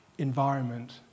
Environment